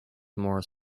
more